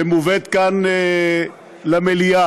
שמובאת כאן, למליאה,